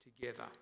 together